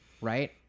right